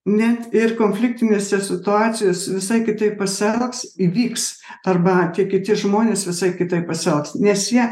net ir konfliktinėse situacijose visai kitaip pasielgs įvyks arba tie kiti žmonės visai kitaip pasielgs nes jie